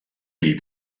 die